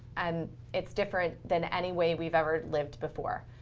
and it's different than any way we've ever lived before.